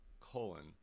colon